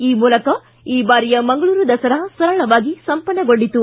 ಈ ಮೂಲಕ ಈ ಬಾರಿಯ ಮಂಗಳೂರು ದಸರಾ ಸರಳವಾಗಿ ಸಂಪನ್ನಗೊಂಡಿತು